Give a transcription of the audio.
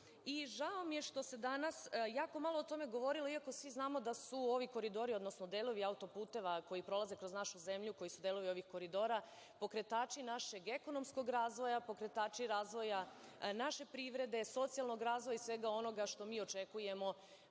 Žao mi je što se danas jako malo o tome govorilo, iako svi znamo da su ovi koridori, odnosno delovi autoputeva koji prolaze kroz našu zemlju, koji su delovi ovih koridora, pokretači našeg ekonomskog razvoja, pokretači razvoja naše privrede, socijalnog razvoja i svega onoga što mi očekujemo